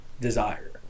desire